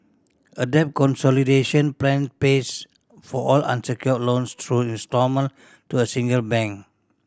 a debt consolidation plan pays for all unsecured loans through instalment to a single bank